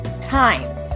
time